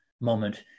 moment